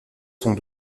sont